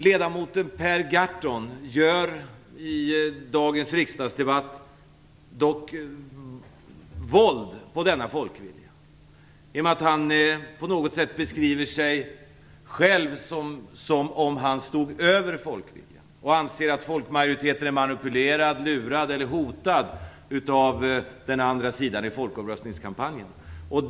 Ledamoten Per Gahrton gör i dagens riksdagsdebatt dock våld på denna folkvilja. Han beskriver sig själv som om han på något sätt stod över folkviljan och anser att folkmajoriteten är manipulerad, lurad eller hotad av den andra sidan i folkomröstningskampanjen.